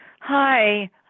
Hi